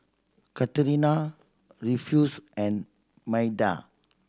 Katerina Rufus and Maida